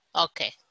Okay